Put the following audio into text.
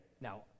Now